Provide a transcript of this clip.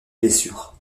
blessures